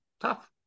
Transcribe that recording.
tough